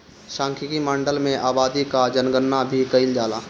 सांख्यिकी माडल में आबादी कअ जनगणना भी कईल जाला